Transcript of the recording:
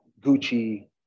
Gucci